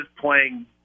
playing